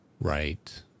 Right